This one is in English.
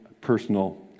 personal